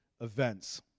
events